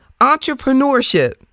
Entrepreneurship